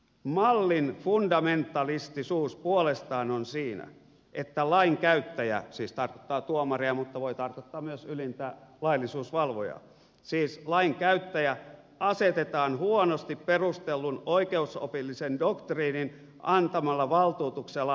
mallin fundamentalistisuus puolestaan on siinä että lainkäyttäjä siis tarkoittaa tuomaria mutta voi tarkoittaa myös ylintä laillisuusvalvojaa asetetaan huonosti perustellun oikeusopillisen doktriinin antamalla valtuutuksella lainsäätäjän asemaan